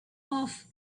off